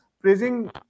praising